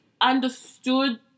understood